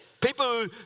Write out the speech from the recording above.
people